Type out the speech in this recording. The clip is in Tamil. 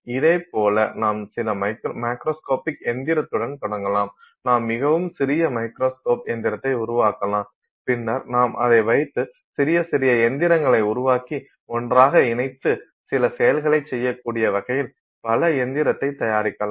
இதைப் போல நாம் சில மேக்ரோஸ்கோபிக் இயந்திரத்துடன் தொடங்கலாம் நாம் மிகவும் சிறிய மைக்ரோஸ்கோப்பிக் இயந்திரத்தை உருவாக்கலாம் பின்னர் நாம் அதை வைத்து சிறிய சிறிய இயந்திரங்களை உருவாக்கி ஒன்றாக இணைத்து சில செயல்களைச் செய்யக்கூடிய வகையில் பல இயந்திரத்தை தயாரிக்கலாம்